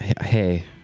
Hey